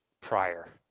prior